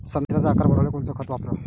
संत्र्याचा आकार वाढवाले कोणतं खत वापराव?